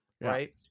right